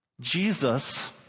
Jesus